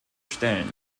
stellen